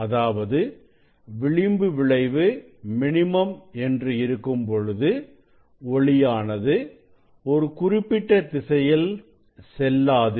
அதாவது விளிம்பு விளைவு மினிமம் என்று இருக்கும்பொழுது ஒளியானது ஒரு குறிப்பிட்ட திசையில் செல்லாது